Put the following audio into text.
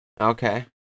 Okay